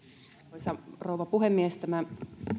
arvoisa rouva puhemies tämä